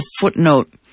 footnote